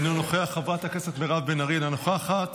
חבר הכנסת מנסור עבאס, אינו נוכח,